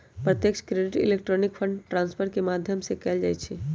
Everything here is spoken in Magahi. प्रत्यक्ष क्रेडिट इलेक्ट्रॉनिक फंड ट्रांसफर के माध्यम से कएल जाइ छइ